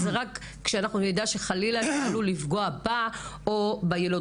רק כשנדע שחלילה זה עלול לפגוע בה או ביילוד.